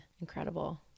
incredible